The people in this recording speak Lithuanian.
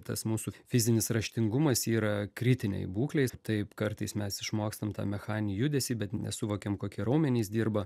tas mūsų fizinis raštingumas yra kritinėj būklėj taip kartais mes išmokstam tą mechaninį judesį bet nesuvokiam kokie raumenys dirba